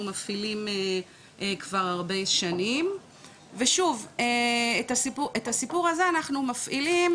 מפעילים כבר הרבה שנים ושוב את הסיפור הזה אנחנו מפעילים